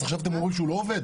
אז מה עכשיו הוא לא עובד?